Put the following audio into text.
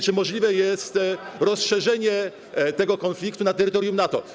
Czy możliwe jest rozszerzenie tego konfliktu na terytorium NATO?